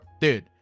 Dude